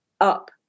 up